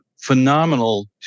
phenomenal